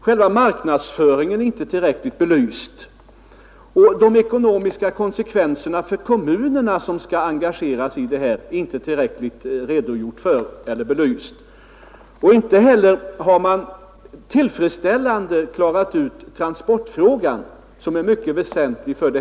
Själva marknadsföringen är inte tillräckligt belyst och inte heller de ekonomiska konsekvenserna för de kommuner som skall engageras i projektet. Man har inte tillfredsställande klarat ut transportfrågan, som är mycket väsentlig.